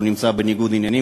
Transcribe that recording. שהוא נמצא בניגוד עניינים,